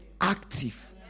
Active